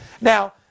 Now